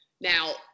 Now